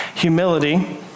Humility